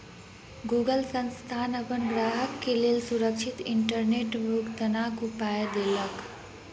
Google संस्थान अपन ग्राहक के लेल सुरक्षित इंटरनेट भुगतनाक उपाय देलक